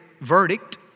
verdict